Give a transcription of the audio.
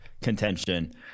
contention